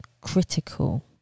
critical